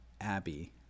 Abby